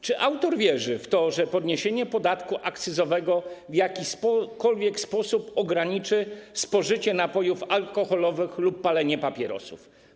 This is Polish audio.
Czy autor wierzy w to, że podwyższenie podatku akcyzowego w jakikolwiek sposób ograniczy spożycie napojów alkoholowych lub palenie papierosów?